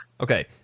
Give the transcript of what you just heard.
Okay